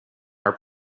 our